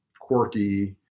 quirky